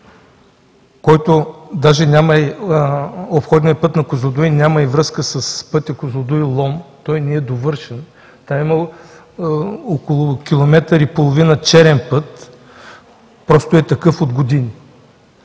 защото обходният път на Козлодуй няма и връзка с пътя Козлодуй – Лом, той не е довършен. Там има около километър и половина черен път – просто е такъв от години.